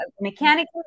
Mechanically